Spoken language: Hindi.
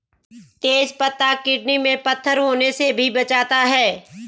तेज पत्ता किडनी में पत्थर होने से भी बचाता है